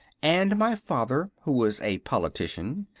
and my father, who was a politician,